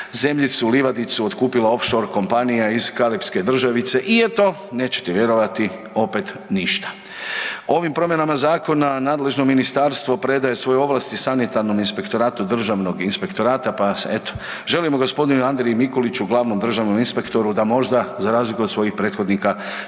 zemljicu, livadicu otkupila offshore kompanija iz karipske državice i eto nećete vjerovati opet ništa. Ovim promjenama zakona nadležno ministarstvo predaje svoje ovlasti sanitarnom inspektoratu Državnog inspektorata, pa eto želimo gospodinu Andriji Mikulići, glavnom državnom inspektoru da možda za razliku od svojih prethodnika